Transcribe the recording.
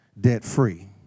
debt-free